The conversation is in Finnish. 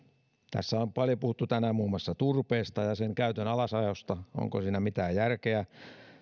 tässä on paljon puhuttu tänään muun muassa turpeesta ja sen käytön alasajosta onko siinä mitään järkeä